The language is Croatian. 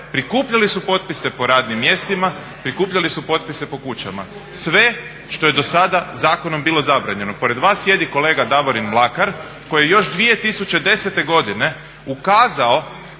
prikupljali su potpise po radnim mjestima, prikupljali su potpise po kućama. Sve što je dosada zakonom bilo zabranjeno. Pored vas sjedi kolega Davorin Mlakar koji je još 2010. godine ukazao